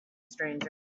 stranger